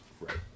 Right